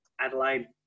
Adelaide